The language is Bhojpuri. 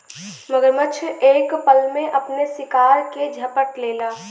मगरमच्छ एक पल में अपने शिकार के झपट लेला